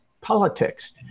politics